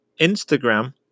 Instagram